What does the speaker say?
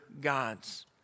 gods